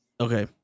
Okay